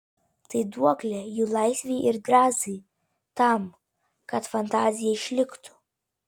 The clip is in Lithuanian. tai duoklė jų laisvei ir drąsai tam kad fantazija išliktų